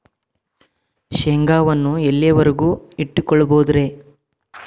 ಶೇಂಗಾವನ್ನು ಎಲ್ಲಿಯವರೆಗೂ ಇಟ್ಟು ಕೊಳ್ಳಬಹುದು ರೇ?